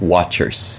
Watchers